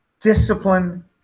discipline